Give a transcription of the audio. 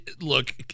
look